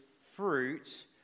fruit